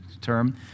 term